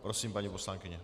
Prosím, paní poslankyně.